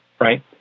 right